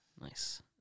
Nice